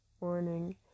Morning